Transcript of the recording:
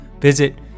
Visit